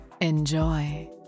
Enjoy